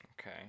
Okay